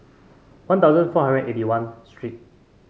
One Thousand four hundred eighty one street